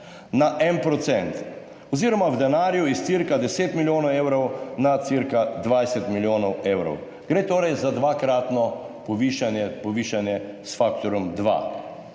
na 1 % oziroma v denarju iz cirka 10 milijonov evrov na cirka 20 milijonov evrov. Gre torej za dvakratno povišanje, povišanje